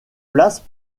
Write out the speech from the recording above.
place